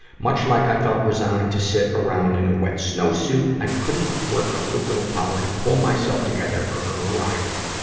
much like i felt resigned to sit around in a wet snowsuit, i couldn't work up the willpower to pull myself together for her arrival.